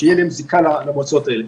שתהיה להם זיקה למועצות האלה.